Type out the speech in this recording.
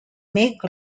make